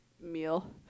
meal